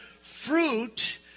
fruit